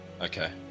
Okay